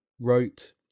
wrote